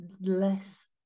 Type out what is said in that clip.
less